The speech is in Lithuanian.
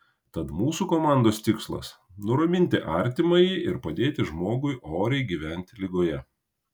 tad mūsų komandos tikslas nuraminti artimąjį ir padėti žmogui oriai gyventi ligoje